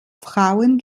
frauen